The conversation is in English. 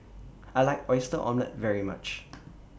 I like Oyster Omelette very much